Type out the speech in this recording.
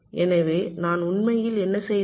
எனவே நான் உண்மையில் என்ன செய்தேன்